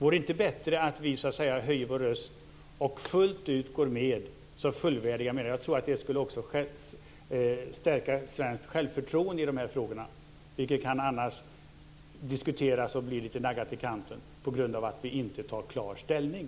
Är det inte bättre att vi höjer vår röst och fullt ut går med som fullvärdiga medlemmar? Jag tror att det också skulle stärka svenskt självförtroende i de här frågorna. Det kan annars diskuteras och bli lite naggat i kanten på grund av att vi inte tar klar ställning.